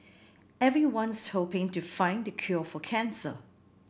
everyone's hoping to find the cure for cancer